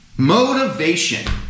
motivation